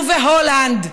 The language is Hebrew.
ובהולנד,